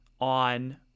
on